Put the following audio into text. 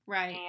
Right